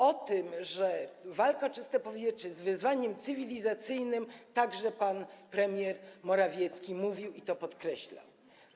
O tym, że walka o czyste powietrze jest wyzwaniem cywilizacyjnym, także pan premier Morawiecki mówił i to podkreślał.